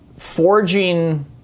forging